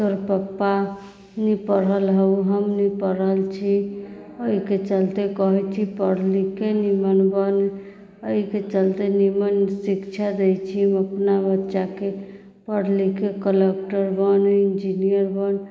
तोहर पप्पा नहि पढ़ल हौ हम नहि पढ़ल छी एहिके चलते कहैत छी पढ़ि लिखिके नीमन बन एहिके चलते नीमन शिक्षा दैत छियै अपना बच्चाके पढ़ि लिखिके कलेक्टर बन इन्जिनियर बन